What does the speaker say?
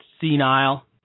Senile